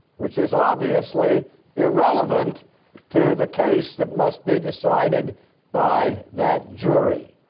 which is obviously irrelevant to the case that must be decided by that jury.